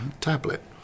tablet